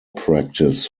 practice